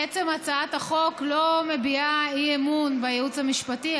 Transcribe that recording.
עצם הצעת החוק לא מביעה אי-אמון בייעוץ המשפטי.